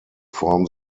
form